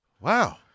Wow